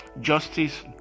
justice